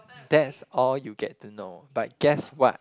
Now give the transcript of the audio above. that's all you get to know but guess what